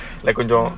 like கொஞ்சம்:konjam